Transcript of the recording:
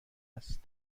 است